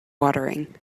watering